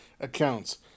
accounts